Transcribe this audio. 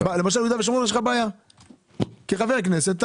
כחבר כנסת.